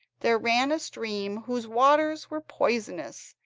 there ran a stream whose waters were poisonous,